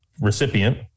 recipient